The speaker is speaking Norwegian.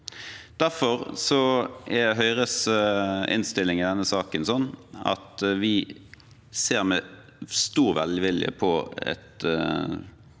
Derfor er Høyres innstilling i denne saken at vi ser med stor velvilje på